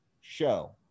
show